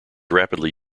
rapidly